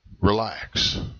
Relax